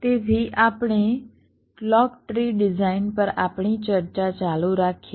તેથી આપણે clock tree design પર આપણી ચર્ચા ચાલુ રાખીએ